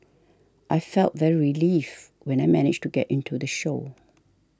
I felt very relieved when I managed to get into the show